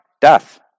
Death